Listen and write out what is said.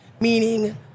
meaning